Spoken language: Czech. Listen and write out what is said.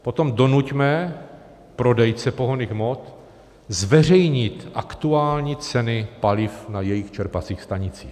Potom donuťme prodejce pohonných hmot zveřejnit aktuální ceny paliv na jejich čerpacích stanicích.